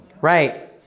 Right